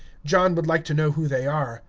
john would like to know who they are.